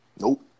Nope